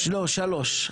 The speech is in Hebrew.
שלוש.